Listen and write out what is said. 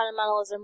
fundamentalism